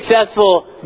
successful